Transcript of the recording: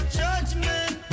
judgment